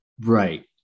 Right